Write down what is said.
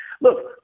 look